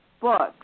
books